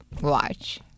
watch